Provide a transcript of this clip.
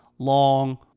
long